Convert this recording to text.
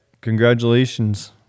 congratulations